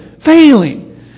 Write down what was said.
Failing